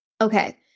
Okay